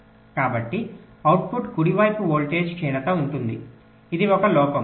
కాబట్టి అవుట్పుట్ కుడివైపు వోల్టేజ్ క్షీణత ఉంటుంది ఇది ఒక లోపం